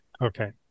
Okay